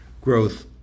growth